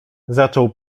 zaczął